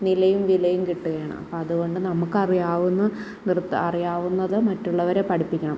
നിലയും വിലയും കിട്ടുകയാണ് അപ്പോൾ അതുകൊണ്ട് നമുക്ക് അറിയാവുന്ന നൃത്തം അറിയാവുന്നത് മറ്റുള്ളവരെ പഠിപ്പിക്കണം